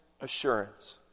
assurance